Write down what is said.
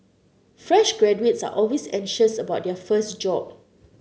fresh graduates are always anxious about their first job